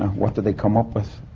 what do they come up with?